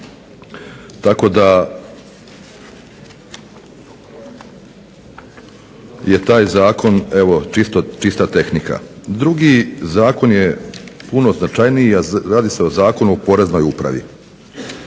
tako da je taj zakon čista tehnika. Drugi zakon je puno značajniji, a radi se o Zakonu o Poreznoj upravi.